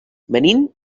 venim